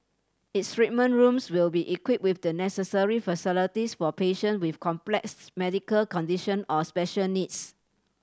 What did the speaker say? its treatment rooms will be equipped with the necessary facilities for patient with complex medical condition or special needs